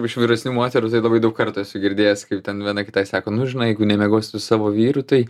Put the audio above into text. iš vyresnių moterų tai labai daug kartų esu girdėjęs kaip ten viena kitai sako nu žinai jeigu nemiegosiu su savo vyru tai